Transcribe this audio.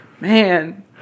Man